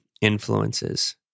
influences